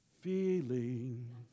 Feeling